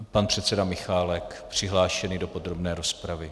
Pan předseda Michálek přihlášený do podrobné rozpravy.